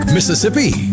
Mississippi